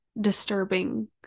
disturbing